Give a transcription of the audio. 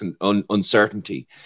uncertainty